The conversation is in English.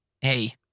Hey